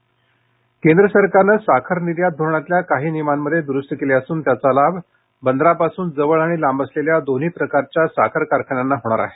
साखर कारखाने केंद्र सरकारनं साखर निर्यात धोरणातल्या काही नियमांमध्ये द्रुस्ती केली असून त्याचा लाभ बंदरापासून जवळ आणि लांब असलेल्या दोन्ही प्रकारच्या साखर कारखान्यांना होणार आहे